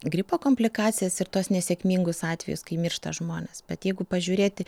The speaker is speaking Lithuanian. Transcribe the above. gripo komplikacijas ir tuos nesėkmingus atvejus kai miršta žmonės bet jeigu pažiūrėti